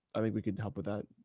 i think we can help with that.